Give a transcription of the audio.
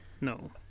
No